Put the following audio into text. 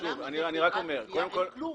שבינם לבין חברות הגבייה אין כלום.